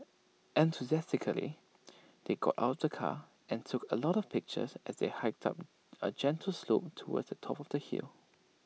enthusiastically they got out of the car and took A lot of pictures as they hiked up A gentle slope towards the top of the hill